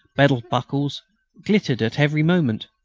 belt-buckles glittered at every movement.